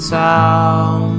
town